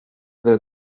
will